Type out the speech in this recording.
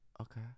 Okay